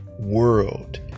world